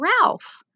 Ralph